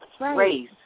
race